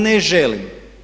Ne želim.